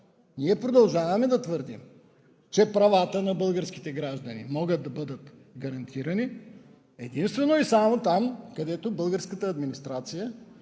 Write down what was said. ние продължаваме да твърдим, че правата на българските граждани могат да бъдат гарантирани единствено и само там, където българската администрация,